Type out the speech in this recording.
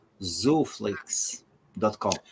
zooflix.com